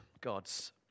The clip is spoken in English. God's